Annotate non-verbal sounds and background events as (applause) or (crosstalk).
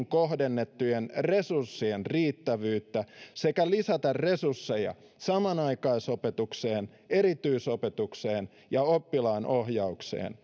(unintelligible) kohdennettujen resurssien riittävyyttä sekä lisätä resursseja samanaikaisopetukseen erityisopetukseen ja oppilaanohjaukseen (unintelligible)